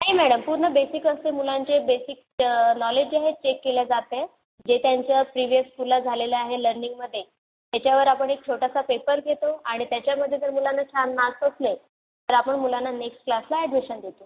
नाही मॅडम पूर्ण बेसिक असते मुलांचे बेसिक नॉलेज जे आहे चेक केलं जाते जे त्यांचं प्रिव्हिअस स्कूलला झालेलं आहे लर्निंगमध्ये त्याच्यावर आपण एक छोटासा पेपर देतो आणि त्याच्यामध्ये जर मुलांना छान मार्क्स असले तर आपण मुलांना नेक्स्ट क्लासला ॲडमिशन देतो